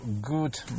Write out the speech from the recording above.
good